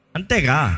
Antega